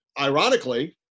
Ironically